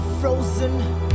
frozen